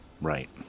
Right